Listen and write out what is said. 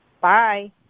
Bye